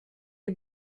les